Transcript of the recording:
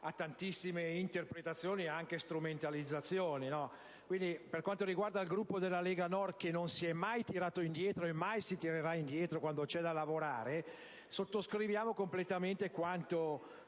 a tantissime interpretazioni e strumentalizzazioni. Tuttavia, il Gruppo della Lega Nord, che non si è mai tirato indietro e mai lo farà quando c'è da lavorare, sottoscrive completamente quanto